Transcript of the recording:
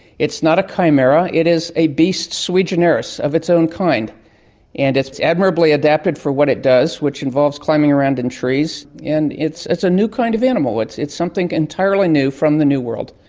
it's not a chimera, it is a beast swiginerus of its own kind and it's it's admirably adapted for what it does, which involves climbing around in trees, and it's a new kind of animal, it's it's something entirely new from the new world.